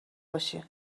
باشی